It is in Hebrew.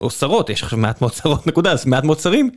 או שרות, יש עכשיו מעט שרות, נקודה, אז מעט מאוד שרים